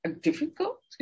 difficult